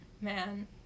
Man